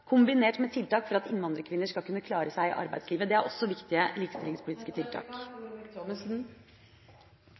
kombinert med tiltak for at innvandrerkvinner skal kunne klare seg i arbeidslivet. Det er også viktige